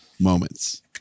moments